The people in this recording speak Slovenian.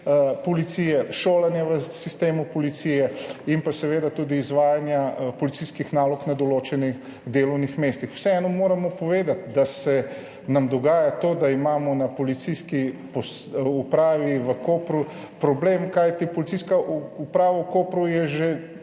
policije, šolanja v sistemu policije in pa seveda tudi izvajanja policijskih nalog na določenih delovnih mestih. Vseeno moramo povedati, da se nam dogaja to, da imamo na Policijski upravi v Kopru problem, kajti Policijska uprava v Kopru že